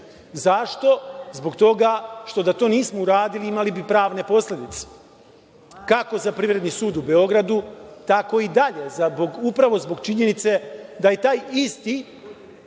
Zašto? Da to nismo uradili imali bi pravne posledice, kako za Privredni sud u Beogradu, tako i dalje, upravo zbog činjenice da je taj isti